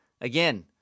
Again